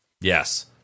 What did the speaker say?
Yes